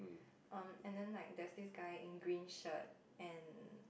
um and then like there's this guy in green shirt and